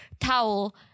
towel